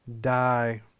die